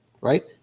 right